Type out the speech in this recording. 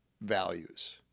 values